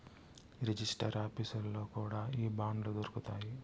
register ఆఫీసుల్లో కూడా ఈ బాండ్లు దొరుకుతాయి